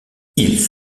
ils